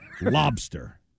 Lobster